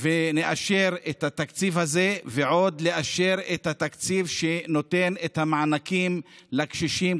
ונאשר את התקציב הזה ונאשר את התקציב שנותן את המענקים לקשישים,